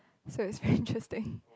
so is very interesting